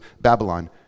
Babylon